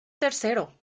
tercero